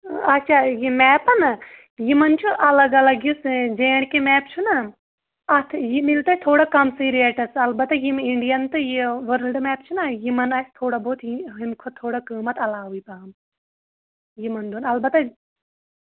آ اچھا یِہِ میٚپ ہا یِمَن چھُ اَلگ اَلگ یُس جے اینٛڈ کے میٚپ چھُنا اَتھ یہِ میلہِ تۄہہِ تھوڑا کَمسٕے ریٹَس البتہٕ یِم اِنٛڈیَن تہٕ یہِ ؤرٕلڑ میٚپ چھُنا یِمَن آسہِ تھوڑا بہت یہِ ہُمہِ کھۄتہٕ تھوڑا قٍمت علاوے پَہَم یِمَن دۄن البتہٕ